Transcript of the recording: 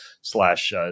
slash